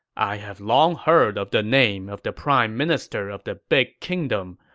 i have long heard of the name of the prime minister of the big kingdom,